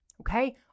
okay